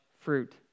fruit